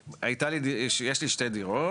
יש לי שתי דירות.